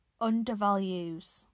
undervalues